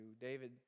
David